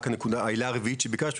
רק העילה הרביעית שביקשת,